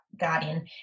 guardian